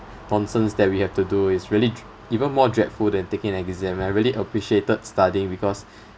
nonsense that we have to do is really dr~ even more dreadful than taking an exam and I really appreciated studying because